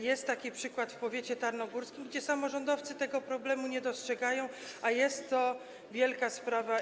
Jest taki przykład w powiedzie tarnogórskim, gdzie samorządowcy tego problemu nie dostrzegają, a jest to wielka sprawa.